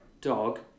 dog